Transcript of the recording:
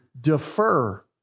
defer